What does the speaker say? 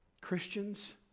Christians